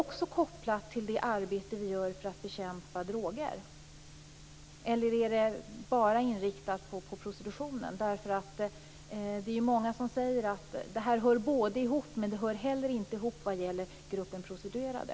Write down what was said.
Är detta kopplat till vårt arbete för att bekämpa droger, eller är det inriktat enbart på prostitutionen? Många säger att det hör ihop, men inte vad gäller gruppen prostituerade.